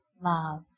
love